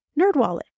Nerdwallet